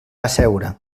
asseure